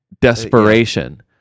desperation